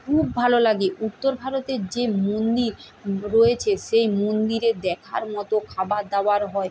খুব ভালো লাগে উত্তর ভারতের যে মন্দির রয়েছে সেই মন্দিরে দেখার মতো খাবার দাবার হয়